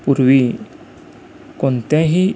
पूर्वी कोणत्याही